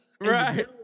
Right